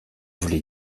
voulez